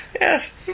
Yes